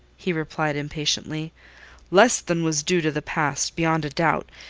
he replied, impatiently less than was due to the past, beyond a doubt,